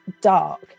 dark